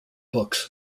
books